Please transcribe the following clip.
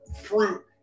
fruit